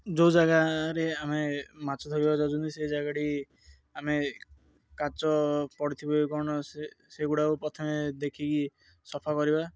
ଯେଉଁ ଜାଗାରେ ଆମେ ମାଛ ଧରିବା ଯାଉଛନ୍ତି ସେ ଜାଗାଟି ଆମେ କାଚ ପଡ଼ିଥିବେ କ'ଣ ସେଗୁଡ଼ାକ ପ୍ରଥମେ ଦେଖିକି ସଫା କରିବା